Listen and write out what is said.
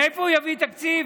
מאיפה הוא יביא תקציב?